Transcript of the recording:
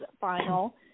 final